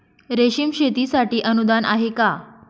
रेशीम शेतीसाठी अनुदान आहे का?